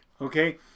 okay